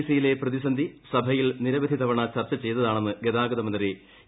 C സിയിലെ പ്രതിസന്ധി സഭയിൽ നിരവധി തവണ ചർച്ച ചെയ്തതാണെന്ന് ഗതാഗതമന്ത്രി എ